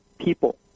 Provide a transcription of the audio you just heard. people